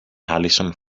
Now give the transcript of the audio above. allison